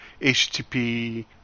HTTP